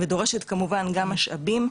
וגם משאבים.